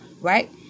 right